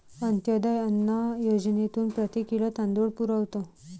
अंत्योदय अन्न योजनेतून प्रति किलो तांदूळ पुरवतो